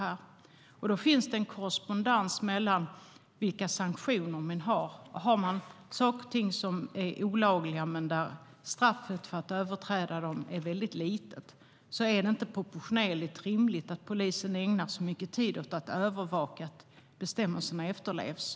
Här finns en korrespondens med vilka sanktioner vi har. Är något olagligt men straffet för att överträda det litet är det inte proportionerligt rimligt att polisen ägnar mycket tid åt att övervaka att bestämmelsen efterlevs.